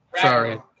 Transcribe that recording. Sorry